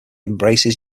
embraces